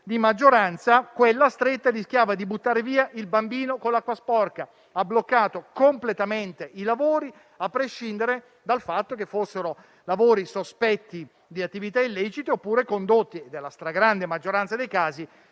di maggioranza, quella stretta rischiava di buttare via il bambino con l'acqua sporca e ha bloccato completamente i lavori, a prescindere dal fatto che fossero sospetti di attività illecite oppure condotti, come nella stragrande maggioranza dei casi,